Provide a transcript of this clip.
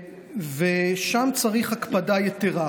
ושם צריך הקפדה יתרה.